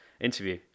interview